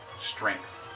strength